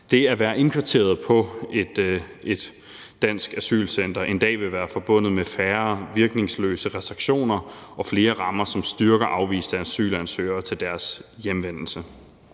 det at være indkvarteret på et dansk asylcenter en dag vil være forbundet med færre virkningsløse restriktioner og flere rammer, som styrker afviste asylansøgere til deres hjemsendelse.